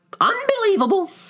Unbelievable